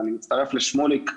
ואני מצטרף לשמוליק,